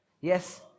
Yes